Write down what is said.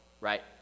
right